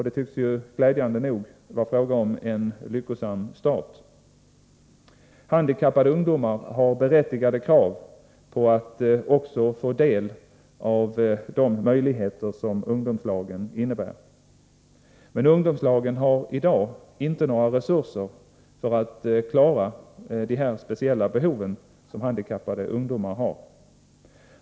Det tycks glädjande nog vara fråga om en lyckosam start. Handikappade ungdomar har berättigade krav på att också få del av de möjligheter som ungdomslagen innebär. Ungdomslagen har i dag inte några resurser för att klara de speciella behov som handikappade ungdomar har.